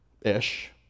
Ish